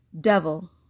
devil